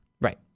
Right